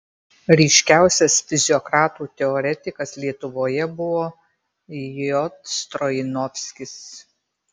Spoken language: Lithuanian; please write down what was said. ryškiausias fiziokratų teoretikas lietuvoje buvo j stroinovskis